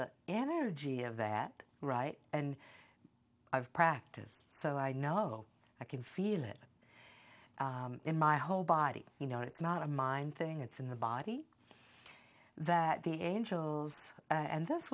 the energy of that right and i've practiced so i know i can feel it in my whole body you know it's not a mind thing it's in the body that the angels and this